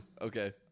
Okay